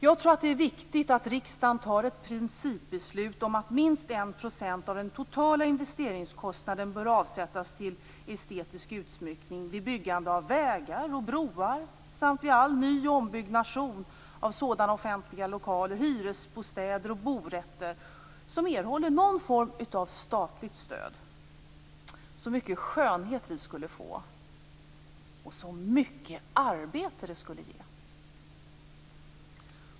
Jag tror att det är viktigt att riksdagen tar ett principbeslut om att minst 1 % av den totala investeringskostnaden bör avsättas till estetisk utsmyckning vid byggande av vägar och broar samt vid all ny och ombyggnad av sådana offentliga lokaler, hyresbostäder och bostadsrätter som erhåller någon form av statligt stöd. Så mycket skönhet vi skulle få, och så mycket arbete det skulle ge!